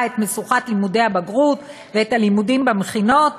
את משוכת לימודי הבגרות ואת הלימודים במכינות.